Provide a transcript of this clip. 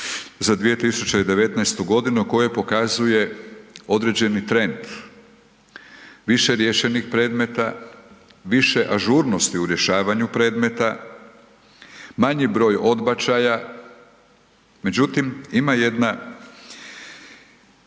za 2019. g. koje pokazuje određeni trend više riješenih predmeta, više ažurnosti u rješavanju predmeta, manji broj odbačaja međutim ima jedna